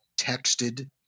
texted